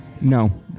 No